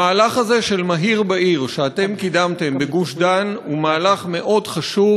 המהלך הזה של "מהיר בעיר" שקידמתם בגוש-דן הוא מהלך מאוד חשוב.